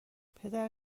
پدر